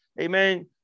amen